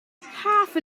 half